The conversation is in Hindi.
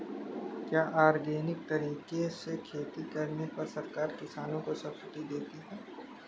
क्या ऑर्गेनिक तरीके से खेती करने पर सरकार किसानों को सब्सिडी देती है?